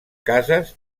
cases